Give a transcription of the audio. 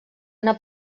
una